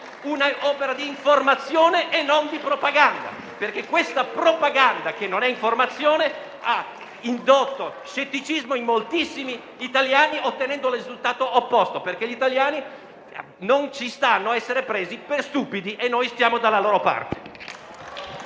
un'opera di informazione e non di propaganda, perché la propaganda - non è informazione - ha indotto scetticismo in moltissimi italiani, ottenendo il risultato opposto: gli italiani non ci stanno ad essere presi per stupidi e noi stiamo dalla loro parte.